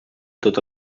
tota